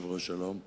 שלום.